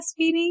breastfeeding